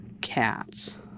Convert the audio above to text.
cats